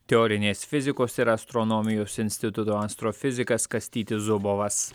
teorinės fizikos ir astronomijos instituto astrofizikas kastytis zubovas